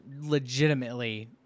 legitimately